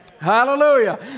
Hallelujah